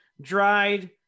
dried